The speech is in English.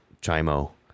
Chimo